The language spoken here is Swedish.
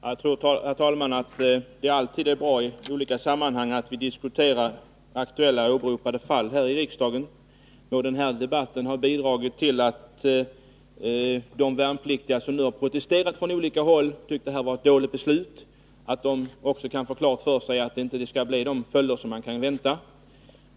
Herr talman! Jag tror att det alltid är bra att vi diskuterar aktuella åberopade fall här i riksdagen. Den här debatten har bidragit till att de värnpliktiga från olika håll som nu har protesterat och tyckt att beslutet har varit dåligt också kan få klart för sig att det inte får de följder som man kunde vänta.